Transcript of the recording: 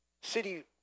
city